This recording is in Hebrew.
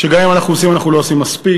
שגם אם אנחנו עושים, אנחנו לא עושים מספיק,